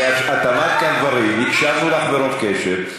את אמרת כאן דברים, הקשבנו לך רוב קשב.